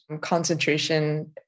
concentration